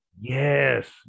yes